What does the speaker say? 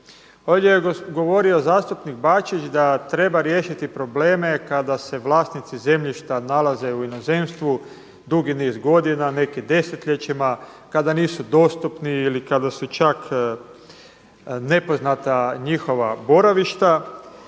Ovdje je govorio zastupnik Bačić da treba riješiti probleme kada se vlasnici zemljišta nalaze u inozemstvu dugi niz godina, neki desetljećima, kada nisu dostupni ili kada su čak nepoznata njihova boravišta.